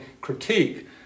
critique